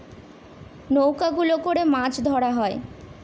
নৌকা গুলো করে মাছ ধরা হয়